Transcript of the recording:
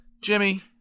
Jimmy